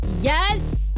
Yes